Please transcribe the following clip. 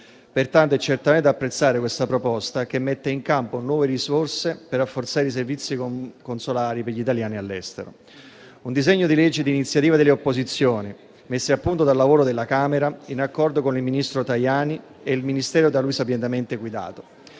proposta è certamente da apprezzare perché mette in campo nuove risorse per rafforzare i servizi consolari per gli italiani all'estero. È un disegno di legge di iniziativa delle opposizioni, messo a punto dal lavoro della Camera, in accordo con il ministro Tajani e il Ministero da lui sapientemente guidato.